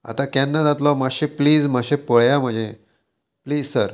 आतां केन्ना जातलो मातशें प्लीज मातशें पळया म्हजें प्लीज सर